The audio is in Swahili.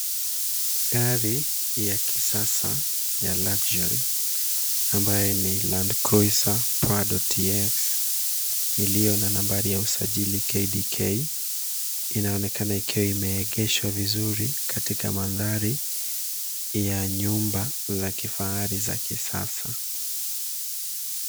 Gari ya kisasa ya luxury ambayo ni Landcruiser Prado TX iliyo na namba ya usajili KDK inaonekana ikiwa imeegeshwa vizuri katika mandhari ya nyumba za kifahari za kisasa.